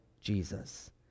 Jesus